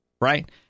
right